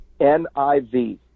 NIV